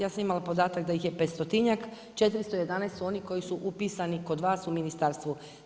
Ja sam imala podatak da ih je 500-tinjak, 411 su oni koji su upisani kod vas u ministarstvu.